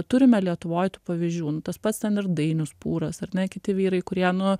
turime lietuvoj tų pavyzdžių nu tas pats ten ir dainius pūras ar ne kiti vyrai kurie nu